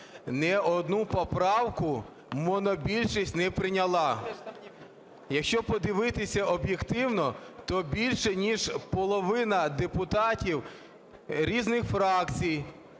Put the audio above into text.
Не одну поправку монобільшість не прийняла. Якщо подивитися об'єктивно, то більше ніж половина депутатів різних фракцій,